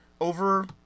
over